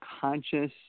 conscious